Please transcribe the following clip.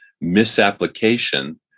misapplication